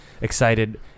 excited